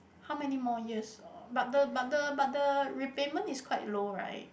how many more years or but the but the but the repayment is quite low right